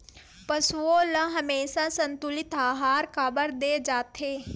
पशुओं ल हमेशा संतुलित आहार काबर दे जाथे?